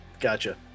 Gotcha